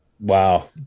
Wow